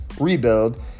rebuild